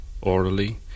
orally